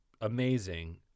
amazing